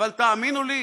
אבל תאמינו לי,